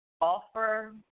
offer